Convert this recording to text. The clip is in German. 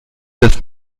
das